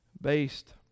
based